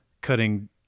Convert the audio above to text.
cutting